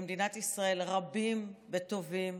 רבים וטובים